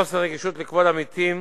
חוסר רגישות לכבוד המתים,